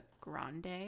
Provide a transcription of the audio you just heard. grande